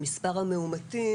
מספר המאומתים,